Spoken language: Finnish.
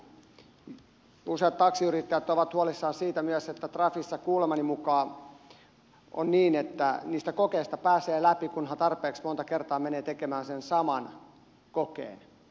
kuulemani mukaan useat taksiyrittäjät ovat huolissaan myös siitä että trafissa on niin että niistä kokeista pääsee läpi kunhan tarpeeksi monta kertaa menee tekemään sen saman kokeen